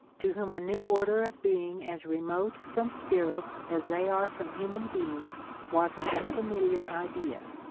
to whom a new order of being as remote from spirits as they are from human beings was an unfamiliar idea,